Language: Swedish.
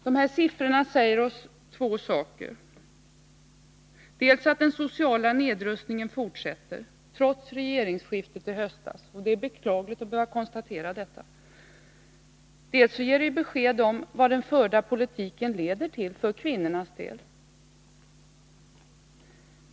De här sifforna säger oss två saker: dels ger de besked om att den sociala nedrustningen fortsätter, trots regeringsskiftet i höstas, vilket är beklagligt att behöva konstatera, dels ger de besked om vad den förda politiken leder till för kvinnornas del.